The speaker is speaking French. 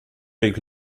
avec